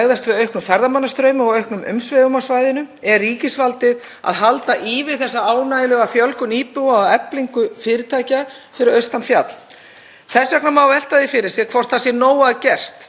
Þess vegna má velta fyrir sér hvort nóg sé að gert til að bregðast við og tryggja aðgengi, gott og betra, á veginum, ekki síst þegar þetta verður viðvarandi vandamál í ljósi vaxandi veðuröfga.